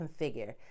configure